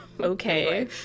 okay